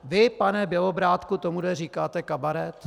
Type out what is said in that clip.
Vy, pane Bělobrádku, tomuhle říkáte kabaret?